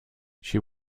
she